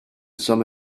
some